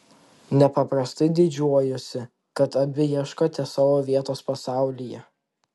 nepaprastai didžiuojuosi kad abi ieškote savo vietos pasaulyje